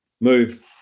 move